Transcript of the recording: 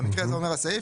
במקרה הזה אומר הסעיף,